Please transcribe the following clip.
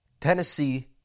Tennessee